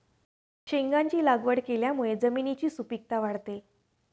शेंगांची लागवड केल्यामुळे जमिनीची सुपीकता वाढते